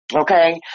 Okay